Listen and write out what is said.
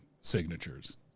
signatures